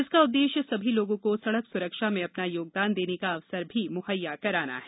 इसका उद्देश्य सभी लोगों को सड़क सुरक्षा में अपना योगदान देने का अवसर भी मुहैया कराना है